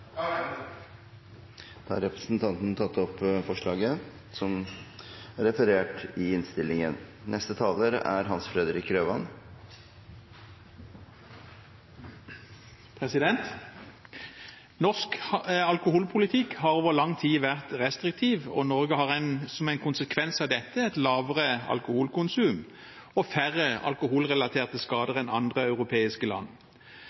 forslaget som er referert i innstillingen. Norsk alkoholpolitikk har over lang tid vært restriktiv, og Norge har som en konsekvens av dette et lavere alkoholkonsum og færre alkoholrelaterte skader enn andre europeiske land.